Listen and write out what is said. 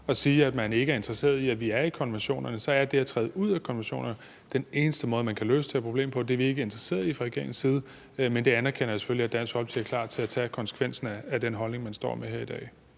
at man ikke er interesseret i, at vi er med i konventionerne – så er det at træde ud af konventionerne den eneste måde, man kan løse det her problem på. Det er vi ikke interesseret i fra regeringens side, men jeg anerkender selvfølgelig, at Dansk Folkeparti er klar til at tage konsekvensen af den holdning, man giver udtryk for her i dag.